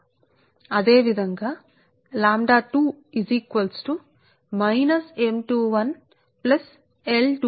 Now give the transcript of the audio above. అదేవిధంగా 2 is equal to bracket లో minus M 21 plus L 22 bracket తర్వాత ఇంటూ I2కి సమానం